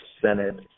Senate